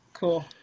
Cool